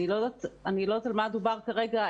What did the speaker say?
אני לא יודעת על מה דובר כרגע,